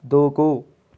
దూకు